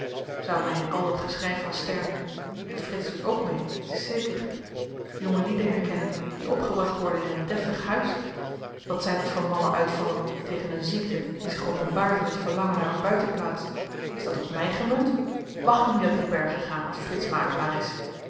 zou men in al dat geschryf van stern en frits doet ook mee dit is zeker jongelieden herkennen die opgebracht worden in een deftig huis wat zyn dat voor malle uitvallen tegen een ziekte die zich openbaart in t verlangen naar een buitenplaats is dat op my gemunt mag ik niet naar driebergen gaan als frits makelaar is